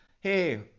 hey